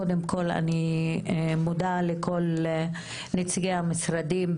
קודם כל אני מודה לכל נציגי המשרדים,